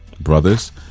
Brothers